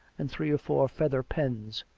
and three or four feather pens.